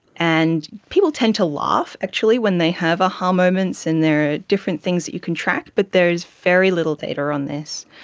and people tend to laugh actually when they have a-ha moments, and there are different things you can track, but there's very little data on this,